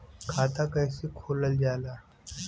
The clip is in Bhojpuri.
खाता कैसे खोलल जाला?